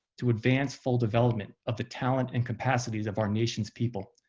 to advance full development of the talent and capacities of our nation's people,